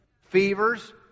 Fevers